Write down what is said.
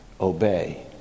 obey